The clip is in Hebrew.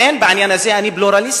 לכן בעניין הזה אני פלורליסטי,